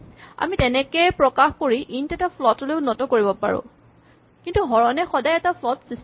আমি তেনেকে প্ৰকাশ কৰি ইন্ট এটা ফ্লট লৈ উন্নত কৰিব পাৰো কিন্তু হৰণে সদায় এটা ফ্লট সৃষ্টি কৰে